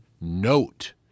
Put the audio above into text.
note